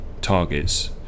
targets